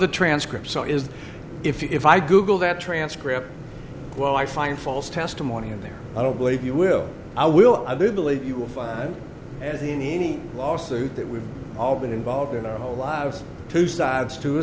the transcript so is that if i google that transcript while i find false testimony in there i don't believe you will i will i do believe you will find as in any lawsuit that we've all been involved in our whole lives two sides to